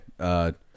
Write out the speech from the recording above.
Okay